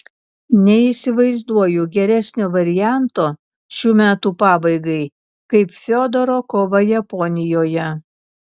neįsivaizduoju geresnio varianto šių metų pabaigai kaip fiodoro kova japonijoje